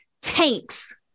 tanks